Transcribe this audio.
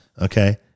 Okay